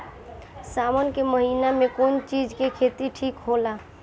सावन के महिना मे कौन चिज के खेती ठिक होला?